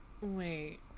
wait